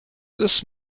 this